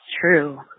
true